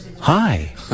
hi